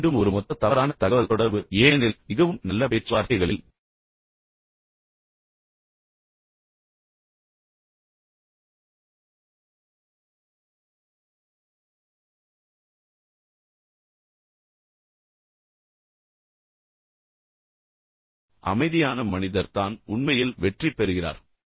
இது மீண்டும் ஒரு மொத்த தவறான தகவல்தொடர்பு ஏனெனில் மிகவும் நல்ல பேச்சுவார்த்தைகளில் அமைதியான மனிதர் தான் உண்மையில் வெற்றி பெறுகிறார்